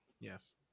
yes